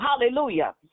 hallelujah